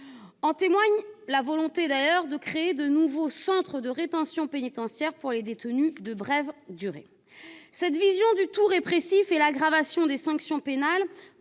En témoigne la volonté de créer de nouveaux « centres de rétention pénitentiaire » pour les détenus de brève durée. Cette vision du tout-répressif et l'aggravation des sanctions pénales